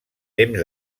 temps